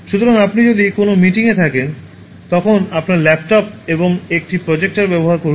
সুতরাং আপনি যদি কোনও মিটিংয়ে থাকেন তখন আপনার ল্যাপটপ এবং একটি প্রজেক্টর ব্যবহার করুন